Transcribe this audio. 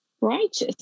righteous